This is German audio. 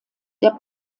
der